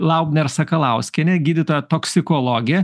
lauber sakalauskienė gydytoja toksikologė